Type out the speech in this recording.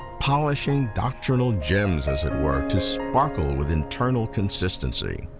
polishing doctrinal gems, as it were, to sparkle with internal consistency.